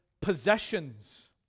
possessions